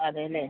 അതെ അല്ലേ